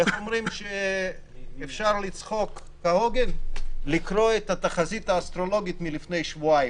איך אפשר לצחוק כהוגן?- לקרוא את התחזית האסטרולוגית מלפני שבועיים,